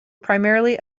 primarily